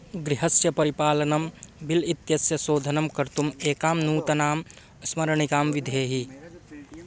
गृहस्य परिपालनं बिल् इत्यस्य शोधनं कर्तुम् एकां नूतनाम् स्मरणिकां विधेहि